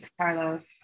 Carlos